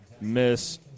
miss